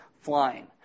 flying